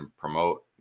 promote